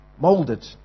molded